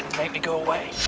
make me go away.